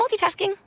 multitasking